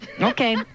okay